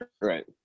right